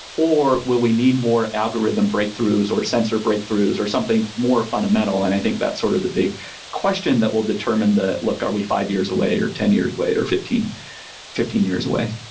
or will we need more algorithm breakthroughs, or sensor breakthroughs or something more fundamental? and i think that's sort of the big question that will determine the look, are we five years away, or ten years away, or fifteen fifteen years away?